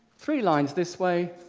three lines this way,